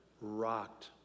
rocked